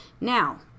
Now